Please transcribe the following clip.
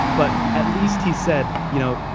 but at least he said, you know,